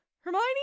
Hermione